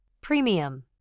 Premium